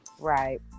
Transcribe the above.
Right